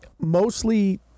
Mostly